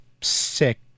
sick